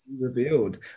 revealed